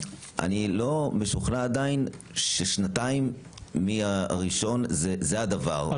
אני לא משוכנע עדיין ששנתיים מה-1 זה הדבר,